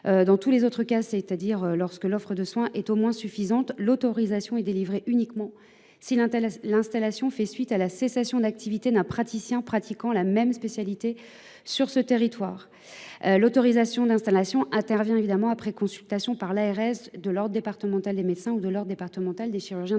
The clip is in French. Dans tous les autres cas, c’est à dire lorsque l’offre de soins est au moins suffisante, l’autorisation serait délivrée uniquement si l’installation fait suite à la cessation d’activité d’un praticien pratiquant la même spécialité sur ce territoire. L’autorisation d’installation interviendrait après consultation, par l’ARS, de l’ordre départemental des médecins ou de l’ordre départemental des chirurgiens